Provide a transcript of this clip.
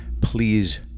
please